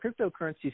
cryptocurrencies